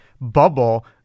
bubble